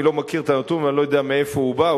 אני לא מכיר את הנתון ואני לא יודע מאיפה הוא בא,